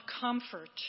comfort